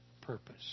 purpose